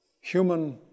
human